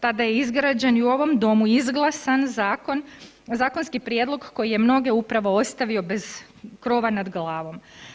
Tada je izgrađen i u ovom Domu izglasan zakon, zakonski prijedlog koji je mnoge upravo ostavio bez krova nad glavom.